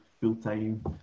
full-time